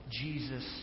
Jesus